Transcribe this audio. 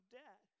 debt